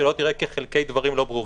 שלא תיראה כחלקי דברים לא ברורים.